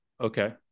Okay